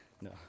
No